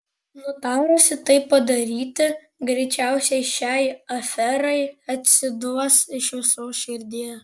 nutarusi tai padaryti greičiausiai šiai aferai atsiduos iš visos širdies